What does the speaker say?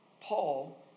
Paul